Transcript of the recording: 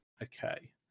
okay